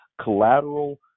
collateral